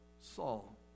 Saul